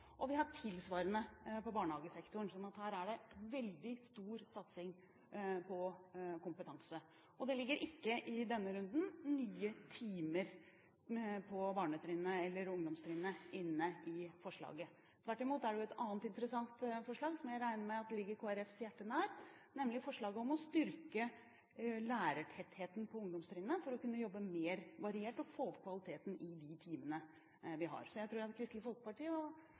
tilsvarende i barnehagesektoren. Så det er veldig stor satsing på kompetanse. I denne runden ligger det ikke nye timer på barnetrinnet eller ungdomstrinnet i forslaget. Tvert imot er det et annet interessant forslag som jeg regner med ligger Kristelig Folkepartis hjerte nær, nemlig forslaget om å styrke lærertettheten på ungdomstrinnet for å kunne jobbe mer variert og få opp kvaliteten på de timene vi har. Jeg tror at Kristelig Folkeparti